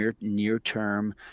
near-term